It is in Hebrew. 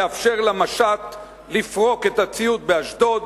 לאפשר למשט לפרוק את הציוד באשדוד,